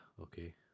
Okay